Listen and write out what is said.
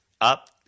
up